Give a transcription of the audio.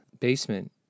basement